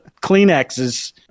Kleenexes